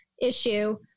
issue